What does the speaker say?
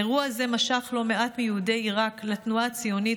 אירוע זה משך לא מעט מיהודי עיראק לתנועה הציונית,